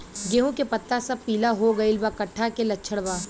गेहूं के पता सब पीला हो गइल बा कट्ठा के लक्षण बा?